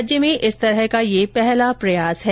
राज्य में इस तरह का यह पहला प्रयास है